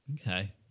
Okay